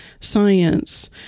science